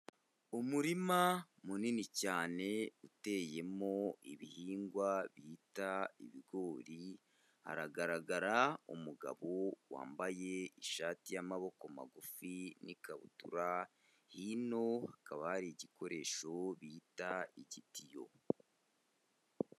Umurima munini cyane uteyemo ibihingwa bita ibigori, hagaragara umugabo wambaye ishati y'amaboko magufi n'ikabutura, hino hakaba hari igikoresho bita igitiyo.